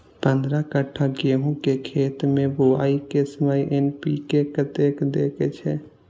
पंद्रह कट्ठा गेहूं के खेत मे बुआई के समय एन.पी.के कतेक दे के छे?